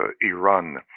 Iran